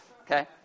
okay